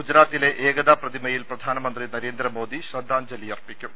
ഗുജറാത്തിലെ ഏകതാ പ്രതിമയിൽ പ്രധാന മന്ത്രി നരേന്ദ്രമോദി ശ്രദ്ധാഞ്ജലി അർപ്പിക്കും